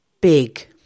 big